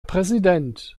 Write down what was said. präsident